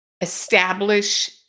establish